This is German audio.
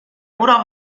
oder